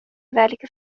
ذلك